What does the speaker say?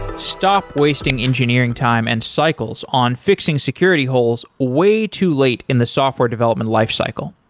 stop wasting engineering time and cycles on fixing security holes way too late in the software development lifecycle.